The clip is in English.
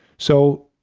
so,